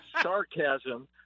sarcasm